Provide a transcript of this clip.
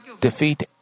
defeat